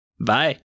bye